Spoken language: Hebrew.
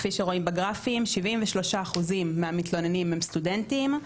וכפי שרואים בגרפים 73% מהמתלוננים הם סטודנטים,